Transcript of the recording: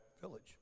village